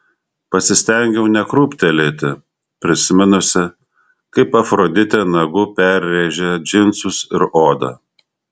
pasistengiau nekrūptelėti prisiminusi kaip afroditė nagu perrėžė džinsus ir odą